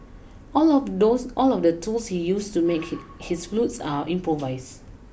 all of those all of the tools he use to make his flutes are improvised